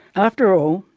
after all,